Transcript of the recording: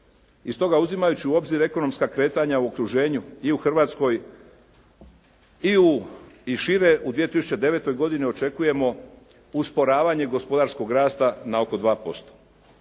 I stoga, uzimajući u obzir ekonomska kretanja u okruženju i u Hrvatskoj i šire u 2009. godini očekujemo usporavanje gospodarskog rasta na oko 2%